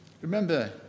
Remember